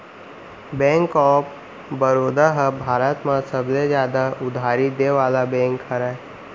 bank of Baroda ह भारत म सबले जादा उधारी देय वाला बेंक हरय